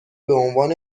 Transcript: بعنوان